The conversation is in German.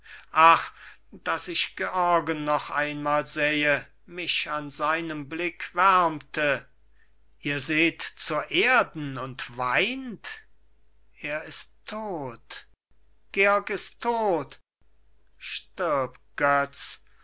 ach daß ich georgen noch einmal sähe mich an seinem blick wärmte ihr seht zur erden und weint er ist tot georg ist tot stirb götz